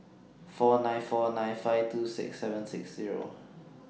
four nine four nine five two six seven six Zero